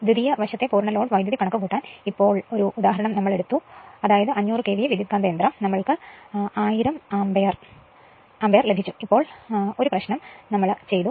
ദ്വിതീയ ഭാഗത്തെ പൂർണ്ണ ലോഡ് വൈദ്യുതി നിർണ്ണയിക്കാൻ നമുക് ഇവിടെ ഒരു ഉദാഹരണം എടുക്കാം അതായത് 500 KVA ട്രാൻസ്ഫോർമർ 1000 ആമ്പിയർ ലഭിച്ചു ഇപ്പോൾ നമ്മൾ ഒരു പ്രശ്നം ചെയ്തു